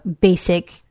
basic